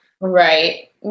Right